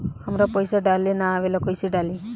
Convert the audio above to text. हमरा पईसा डाले ना आवेला कइसे डाली?